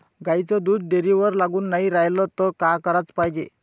गाईचं दूध डेअरीवर लागून नाई रायलं त का कराच पायजे?